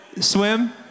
swim